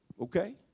Okay